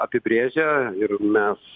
apibrėžia ir mes